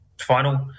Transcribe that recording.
final